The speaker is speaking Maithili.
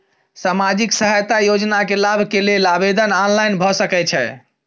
सामाजिक सहायता योजना के लाभ के लेल आवेदन ऑनलाइन भ सकै छै?